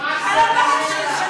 על הבעל שלי שנהרג.